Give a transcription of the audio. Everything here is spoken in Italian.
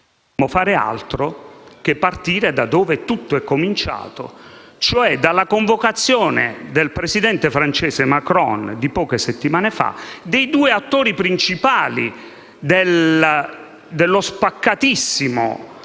dovremmo fare altro che partire da dove tutto è cominciato, cioè dalla convocazione da parte del presidente francese Macron, di poche settimane fa, dei due attori principali dello spaccatissimo